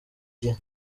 gihe